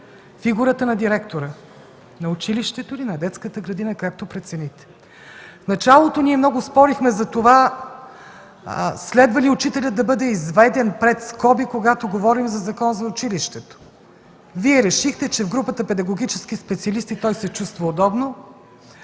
фигурата на директора – на училището или на детската градина, както прецените. В началото ние много спорихме за това следва ли учителят да бъде изведен пред скоби, когато говорим за Закон за училището. Вие решихте, че в групата „Педагогически специалисти” той се чувства удобно